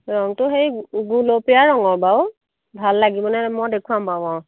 ৰঙটো সেই গুলপীয়া ৰঙৰ বাৰু ভাল লাগিবনে মই দেখুৱাম বাৰু অঁ